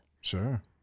sure